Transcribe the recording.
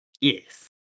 Yes